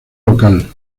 local